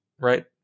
right